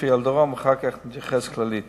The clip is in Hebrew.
ספציפית על הדרום, ואחר כך אני אתייחס כללית.